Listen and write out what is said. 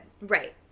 Right